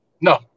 No